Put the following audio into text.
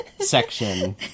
section